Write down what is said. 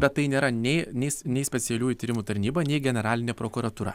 bet tai nėra nei neis nei specialiųjų tyrimų tarnyba nei generalinė prokuratūra